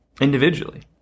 individually